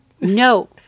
No